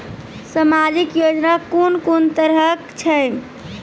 समाजिक योजना कून कून तरहक छै?